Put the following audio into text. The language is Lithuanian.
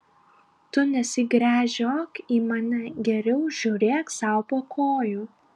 tu nesigręžiok į mane geriau žiūrėk sau po kojų